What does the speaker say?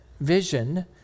Vision